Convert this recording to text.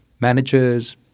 managers